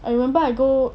I remember I go